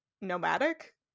nomadic